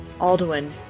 Alduin